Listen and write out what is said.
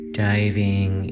diving